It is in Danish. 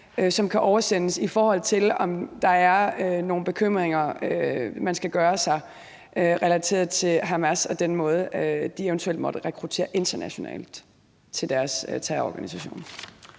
som kan oversendes, i forhold til om der er nogle bekymringer, man skal gøre sig relateret til Hamas og den måde, de eventuelt måtte rekruttere internationalt til deres terrororganisation